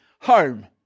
home